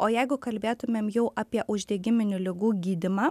o jeigu kalbėtumėm jau apie uždegiminių ligų gydymą